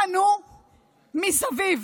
חנו מסביב".